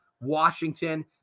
Washington